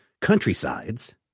countrysides